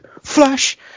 Flash